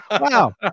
Wow